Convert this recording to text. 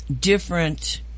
different